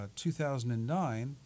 2009